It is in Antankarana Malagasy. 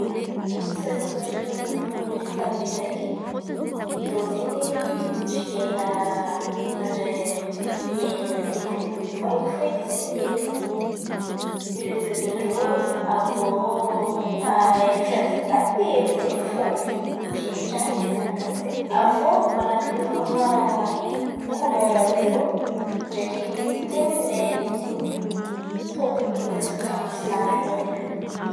Anisan̈y toetra hanan'irô orita àby io ndraiky, irô zen̈y tsy ela andra hiain̈ana zen̈y irô io foeky zen̈y diore de vi an-drô. Avy iô efatra telo zen̈y fô ndrô, avy iô malaky miôva kolera an-drô ndraiky ten̈a tômpon̈y kamoflagy zen̈y irô.